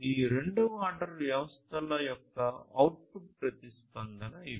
ఈ రెండవ ఆర్డర్ వ్యవస్థల యొక్క అవుట్పుట్ ప్రతిస్పందన ఇవి